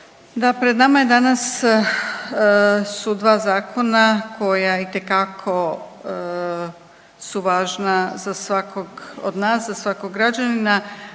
Da pred nama je danas, su dva zakona koja itekako su važna za svakog od nas, za svakog građanina,